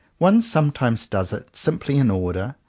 one some times does it simply in order,